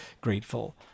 grateful